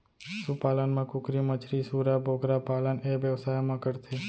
सु पालन म कुकरी, मछरी, सूरा, बोकरा पालन ए बेवसाय म करथे